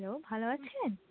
hello ভালো আছেন